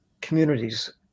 communities